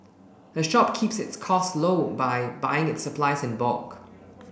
the shop keeps its costs low by buying its supplies in bulk